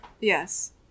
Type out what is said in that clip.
Yes